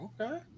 Okay